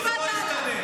זה לא ישתנה.